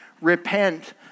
Repent